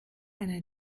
einer